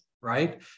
right